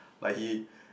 like he